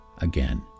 again